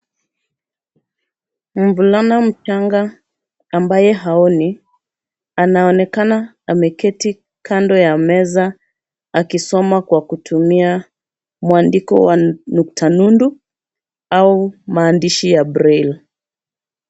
Mvulana mchanga ambaye haoni, anaonekana ameketi kando ya meza akisoma kwa kutumia mwandiko wa nukta nundu au maandishi ya 'brail'.